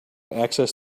access